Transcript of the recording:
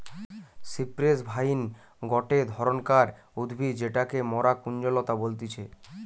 cypress vine গটে ধরণকার উদ্ভিদ যেটাকে মরা কুঞ্জলতা বলতিছে